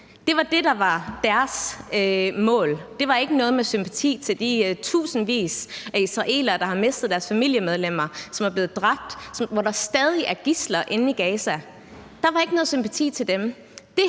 der var deres mål. Det var ikke noget med sympati til de tusindvis af israelere, der har mistet deres familiemedlemmer, som er blevet dræbt, og hvor der stadig er gidsler inde i Gaza. Der var ikke nogen sympati til dem.